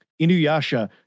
Inuyasha